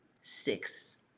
six